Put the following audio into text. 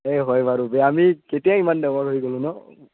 এই হয় বাৰু আমি কেতিয়া ইমান ডাঙৰ হৈ গ'লোঁ ন